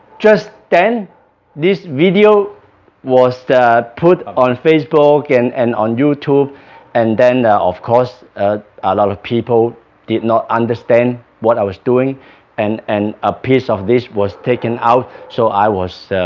just then this video was put on facebook and and on youtube and then of course a lot of people did not understand what i was doing and and a piece of this was taken out, so i